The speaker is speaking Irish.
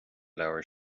leabhar